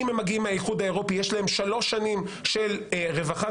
אם הם מגיעים מהאיחוד האירופי יש להם שלוש שנים של רווחה.